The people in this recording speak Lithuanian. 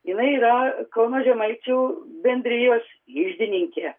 jinai yra kauno žemaičių bendrijos iždininkė